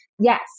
Yes